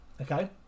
okay